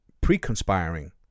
pre-conspiring